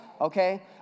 Okay